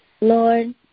Lord